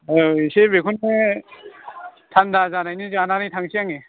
एसे बेखौनो थानदा जानायनि जानानै थांसै आङो